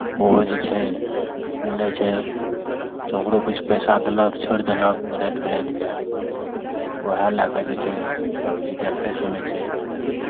ओहो जे छै मिलै छै तऽ ओकरो किछु पैसा लेलक छोड़ि देलक राति बिरातिकेँ उएह लऽ कऽ जे छै सभचीज देखै सुनै छै